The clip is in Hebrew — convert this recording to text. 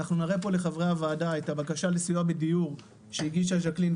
אנחנו נראה פה לוועדה את הבקשה לסיוע בדיור שהגישה ג'קלין,